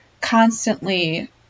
constantly